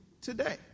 today